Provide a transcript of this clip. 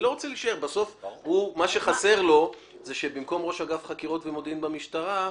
בסוף מה שחסר לו זה שבמקום ראש אגף חקירות ומודיעין במשטרה,